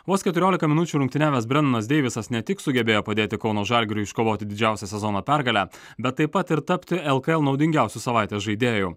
vos keturiolika minučių rungtyniavęs brendanas deivisas ne tik sugebėjo padėti kauno žalgiriui iškovoti didžiausią sezono pergalę bet taip pat ir tapti lkl naudingiausiu savaitės žaidėju